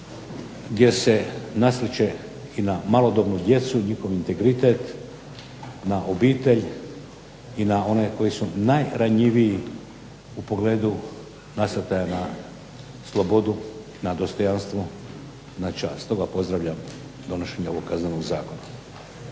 gdje se nasrće i na malodobnu djecu, njihov integritet, na obitelj i na one koji su najranjiviji u pogledu nasrtaja na slobodu i na dostojanstvo i na čast. Stoga pozdravljam donošenje ovog Kaznenog zakona.